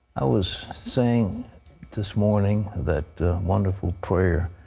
i was saying this morning that wonderful prayer